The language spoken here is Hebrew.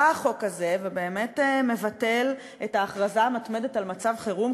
בא החוק הזה ובאמת מבטל את ההכרזה המתמדת על מצב חירום,